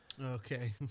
Okay